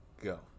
go